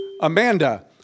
Amanda